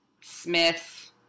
Smith